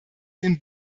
den